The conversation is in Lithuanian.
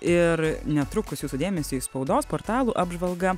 ir netrukus jūsų dėmesiui spaudos portalų apžvalga